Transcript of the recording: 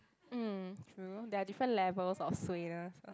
mm true there are different levels of suayness